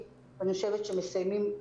100 מעונות לתשושים,